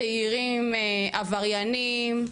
צעירים עבריינים,